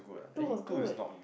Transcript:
two was good